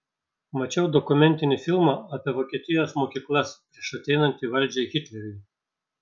mačiau dokumentinį filmą apie vokietijos mokyklas prieš ateinant į valdžią hitleriui